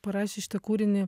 parašė šitą kūrinį